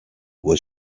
was